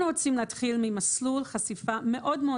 אנחנו רוצים להתחיל ממסלול חשיפה מאוד-מאוד